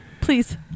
Please